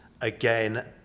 again